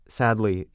sadly